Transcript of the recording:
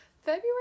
February